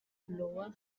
iowa